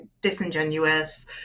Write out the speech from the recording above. disingenuous